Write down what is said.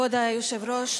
כבוד היושב-ראש,